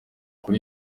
kuri